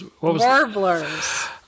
Warblers